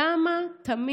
למה אי-אפשר פשוט להגיד?